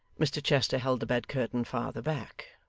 mr chester held the bed-curtain farther back,